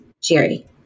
Jerry